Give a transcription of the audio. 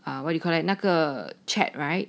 ah what you collect 那个 chat right